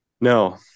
No